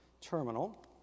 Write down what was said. terminal